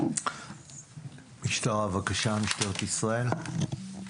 משטרת ישראל בבקשה.